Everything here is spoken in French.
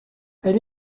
elle